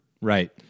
right